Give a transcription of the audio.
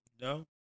no